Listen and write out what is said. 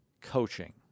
coaching